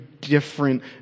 different